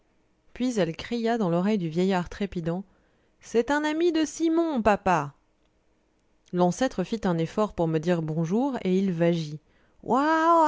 puis elle cria dans l'oreille du vieillard trépidant c'est un ami de simon papa l'ancêtre fit un effort pour me dire bonjour et il vagit oua